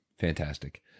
fantastic